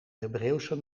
hebreeuwse